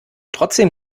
trotzdem